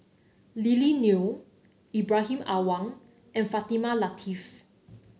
Lily Neo Ibrahim Awang and Fatimah Lateef